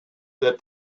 that